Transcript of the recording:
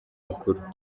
mikuru